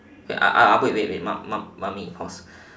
uh uh uh wait wait wait mum~ mummy pause